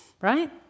right